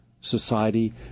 society